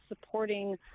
supporting